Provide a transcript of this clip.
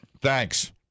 Thanks